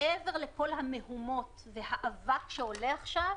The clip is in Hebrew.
מעבר לכל המהומות והאבק שעולה עכשיו,